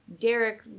Derek